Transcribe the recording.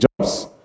Jobs